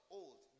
old